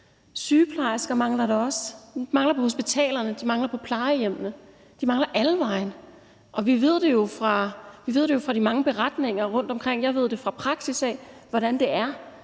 Sygeplejersker mangler der også. De mangler på hospitalerne, de mangler på plejehjemmene, og de mangler alle vegne. Og vi ved jo, hvordan det er – fra de mange beretninger rundtomkring, og jeg ved det fra praksis – når der